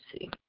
see